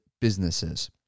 businesses